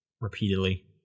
repeatedly